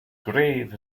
grave